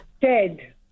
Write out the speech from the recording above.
dead